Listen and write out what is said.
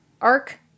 arc